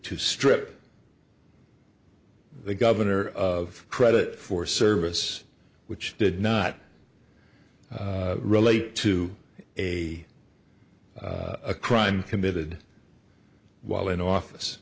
to strip the governor of credit for service which did not relate to a a crime committed while in office